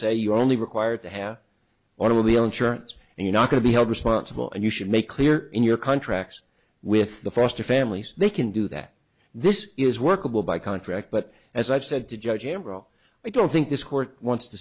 say you are only required to have automobile insurance and you're not going to be held responsible and you should make clear in your contracts with the foster families they can do that this is workable by contract but as i've said to judge him bro i don't think this court wants to